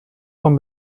von